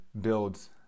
builds